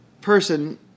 person